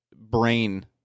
brain –